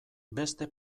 beste